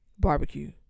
Barbecue